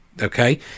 Okay